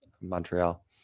Montreal